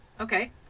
Okay